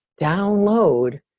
download